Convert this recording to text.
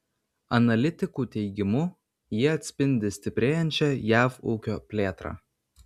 analitikų teigimu jie atspindi stiprėjančią jav ūkio plėtrą